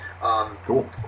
Cool